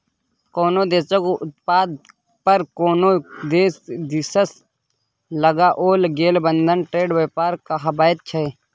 कोनो देशक उत्पाद पर कोनो देश दिससँ लगाओल गेल बंधन ट्रेड व्यापार कहाबैत छै